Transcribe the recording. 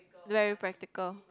very practical